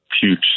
huge